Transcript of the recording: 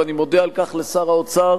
ואני מודה על כך לשר האוצר,